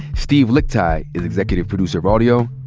steve lickteig is executive producer of audio.